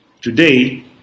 Today